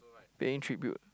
paying tribute